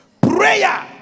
Prayer